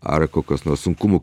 ar kokios nors sunkumų